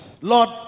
lord